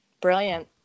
Brilliant